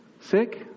sick